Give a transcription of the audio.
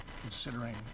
considering